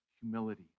humility